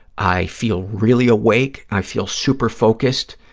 i feel really awake. i feel super focused.